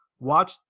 Watch